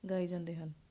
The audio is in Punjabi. ਗਾਏ ਜਾਂਦੇ ਹਨ